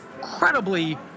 incredibly